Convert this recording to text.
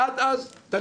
ועד אז תניחו לנו.